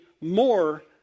more